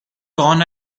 corn